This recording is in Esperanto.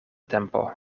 tempo